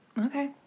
Okay